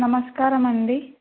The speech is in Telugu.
నమస్కారం అండి